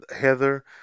Heather